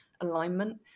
alignment